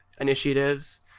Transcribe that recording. initiatives